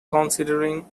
considering